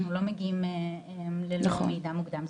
אנחנו לא מגיעים ללא מידע מוקדם,